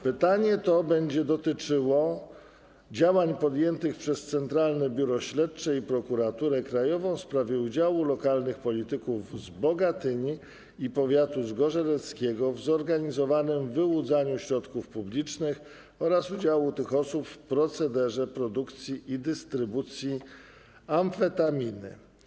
Pytanie będzie dotyczyło działań podjętych przez Centralne Biuro Śledcze i Prokuraturę Krajową w sprawie udziału lokalnych polityków z Bogatyni i powiatu zgorzeleckiego w zorganizowanym wyłudzaniu środków publicznych oraz udziału tych osób w procederze produkcji i dystrybucji amfetaminy.